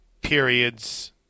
periods